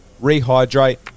rehydrate